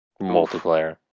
multiplayer